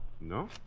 no